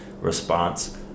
response